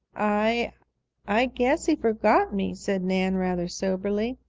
i i guess he forgot me, said nan rather soberly.